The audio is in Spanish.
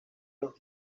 los